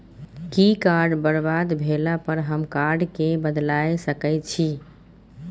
कि कार्ड बरबाद भेला पर हम कार्ड केँ बदलाए सकै छी?